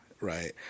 right